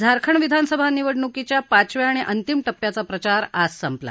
झारखंड विधानसभा निवडणूकीच्या पाचव्या आणि अंतिम टप्प्याचा प्रचार आज संपला